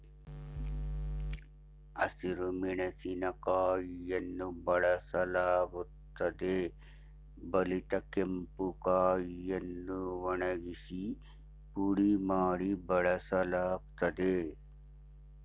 ಹಸಿರು ಮೆಣಸಿನಕಾಯಿಯನ್ನು ಬಳಸಲಾಗುತ್ತದೆ ಬಲಿತ ಕೆಂಪು ಕಾಯಿಯನ್ನು ಒಣಗಿಸಿ ಪುಡಿ ಮಾಡಿ ಬಳಸಲಾಗ್ತದೆ